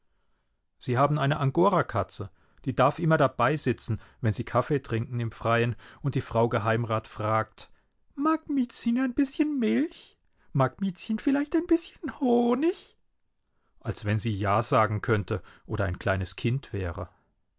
sie haben eine angorakatze die darf immer dabeisitzen wenn sie kaffee trinken im freien und die frau geheimrat fragt mag miezchen ein bißchen milch mag miezchen vielleicht auch ein bißchen honig als wenn sie ja sagen könnte oder ein kleines kind wäre